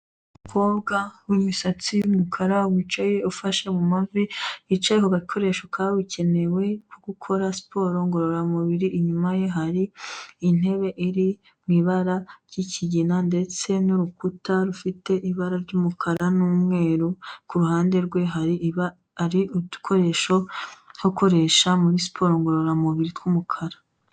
Umukobwa w'imisatsi y'umukara wicaye ufashe mu mavi wicaye ku gakoresho kabugenewe ari gukora siporo ngororamubiri, inyuma ye hari intebe iri mu ibara ry'ikigina ndetse n'urukuta rufite ibara ry'umukara n'umweru. Ku ruhande rwe hari udukoresho akoresha muri siporo ngororamubiri tw'umukara.